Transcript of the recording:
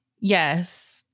Yes